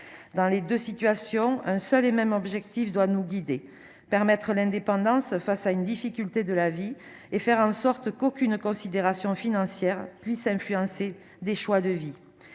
dans les 2 situations, un seul et même objectif doit nous guider, permettre l'indépendance face à une difficulté de la vie et faire en sorte qu'aucune considération financière puisse influencer des choix de vie,